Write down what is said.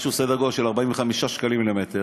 משהו, סדר גודל של 45 שקלים למ"ר.